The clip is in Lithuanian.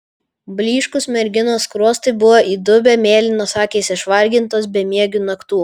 blyškūs merginos skruostai buvo įdubę mėlynos akys išvargintos bemiegių naktų